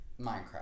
Minecraft